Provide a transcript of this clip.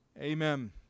Amen